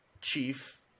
chief